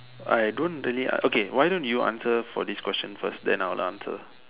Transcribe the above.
I don't really okay why don't you answer for this question first then I will answer